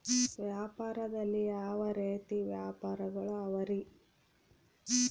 ವ್ಯಾಪಾರದಲ್ಲಿ ಯಾವ ರೇತಿ ವ್ಯಾಪಾರಗಳು ಅವರಿ?